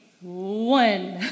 one